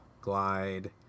glide